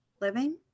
living